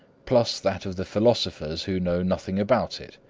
plus that of the philosophers who know nothing about it.